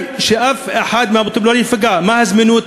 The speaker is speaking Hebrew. שאף אחד מהמטופלים לא ייפגע מהזמינות,